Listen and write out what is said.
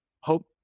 hope